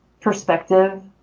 perspective